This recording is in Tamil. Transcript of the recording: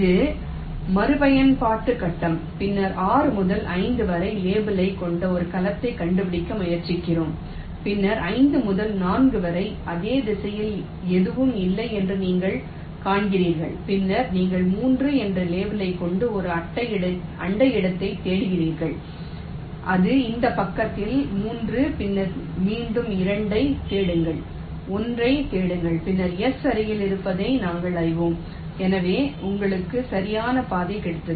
இது மறுபயன்பாட்டு கட்டம் பின்னர் 6 முதல் 5 வரை லேபிளைக் கொண்ட ஒரு கலத்தைக் கண்டுபிடிக்க முயற்சிக்கிறோம் பின்னர் 5 முதல் 4 வரை அதே திசையில் எதுவும் இல்லை என்று நீங்கள் காண்கிறீர்கள் பின்னர் நீங்கள் 3 என்ற லேபிளைக் கொண்ட ஒரு அண்டை இடத்தை தேடுகிறீர்கள் அது இந்த பக்கத்தில் 3 பின்னர் மீண்டும் 2 ஐத் தேடுங்கள் 1 ஐத் தேடுங்கள் பின்னர் S அருகில் இருப்பதை நாங்கள் அறிவோம் எனவே உங்களுக்கு சரியான பாதை கிடைத்தது